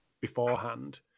beforehand